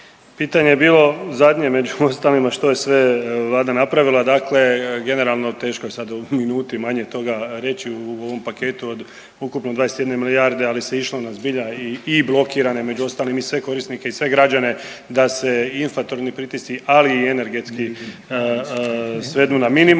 pitanje je bilo zadnje među ostalima što je sve Vlada napravila, dakle generalno teško je sad u minuti manje toga reći u ovom paketu od ukupno 21 milijarde, ali se išlo na zbilja i blokirane među ostalim, i sve korisnike i sve građane da se inflatorni pritisci, ali i energetski svedu na minimum.